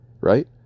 right